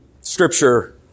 Scripture